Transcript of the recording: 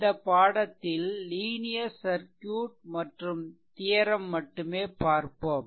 இந்த பாடத்தில் linear circuit மற்றும் தியெரெம் மட்டுமே பார்ப்போம்